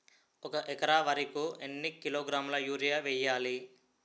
ఒక ఎకర వరి కు ఎన్ని కిలోగ్రాముల యూరియా వెయ్యాలి?